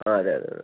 ആ അതെ അതെ അതെ